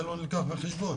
וזה לא נלקח בחשבון.